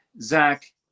zach